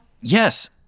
Yes